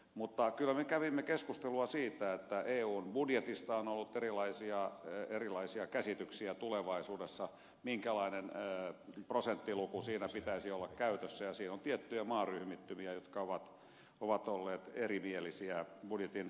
mutta kyllä me kävimme keskustelua siitä että eun budjetista tulevaisuudessa on ollut erilaisia käsityksiä minkälainen prosenttiluku siinä pitäisi olla käytössä ja siinä on tiettyjä maaryhmittymiä jotka ovat olleet erimielisiä budjetin kokonaisuudesta